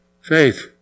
Faith